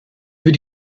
über